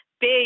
big